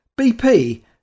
BP